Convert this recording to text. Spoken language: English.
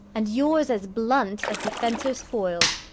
and yours as blunt as the fencer's foils,